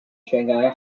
shanghai